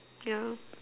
yeah